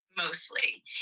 mostly